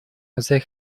they